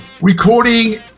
Recording